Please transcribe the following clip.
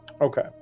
Okay